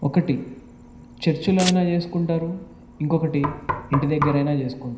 ఒకటి చర్చిలో అయినా చేసుకుంటారు ఇంకొకటి ఇంటి దగ్గరైనా చేసుకుంటారు